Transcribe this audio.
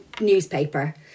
newspaper